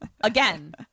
again